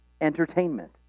entertainment